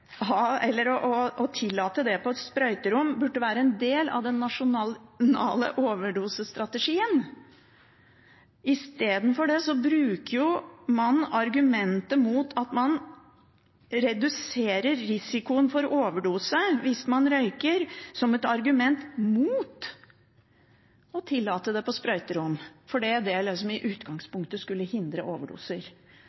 av den nasjonale overdosestrategien. I stedet bruker man argumentet at man reduserer risikoen for overdose hvis man røyker, som et argument mot å tillate det på sprøyterom, fordi det i utgangspunktet skulle hindre overdoser. Da argumenterer man i ring, som ender opp i sykdom og kanskje overdoser. Hepatitt C er også et alvorlig helseproblem. Det